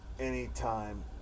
Anytime